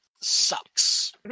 sucks